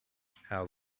how